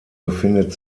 befindet